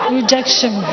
rejection